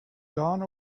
gone